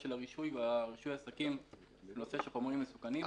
הרישוי ורישוי עסקים לחומרים מסוכנים.